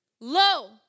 lo